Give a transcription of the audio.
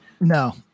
No